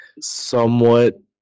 somewhat